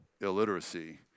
illiteracy